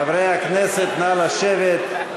חברי הכנסת, נא לשבת.